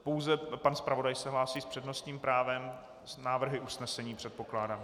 Pouze pan zpravodaj se hlásí s přednostním právem s návrhy usnesení, předpokládám.